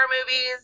movies